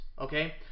Okay